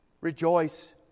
rejoice